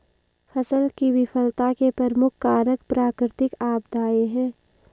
फसल की विफलता के प्रमुख कारक प्राकृतिक आपदाएं हैं